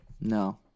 no